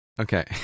Okay